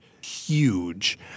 huge